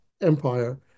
empire